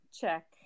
check